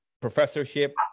professorship